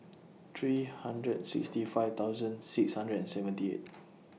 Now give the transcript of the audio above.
three hundred sixty five thousand six hundred and seventy eight